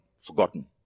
forgotten